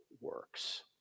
works